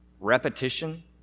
repetition